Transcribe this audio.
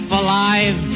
alive